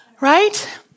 Right